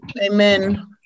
Amen